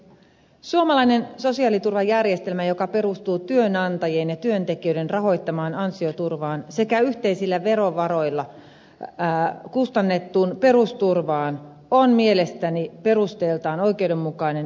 suomalainen sosiaaliturvajärjestelmä joka perustuu työnantajien ja työntekijöiden rahoittamaan ansioturvaan sekä yhteisillä verovaroilla kustannettuun perusturvaan on mielestäni perusteeltaan oikeudenmukainen ja kestävä